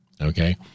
Okay